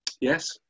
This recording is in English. Yes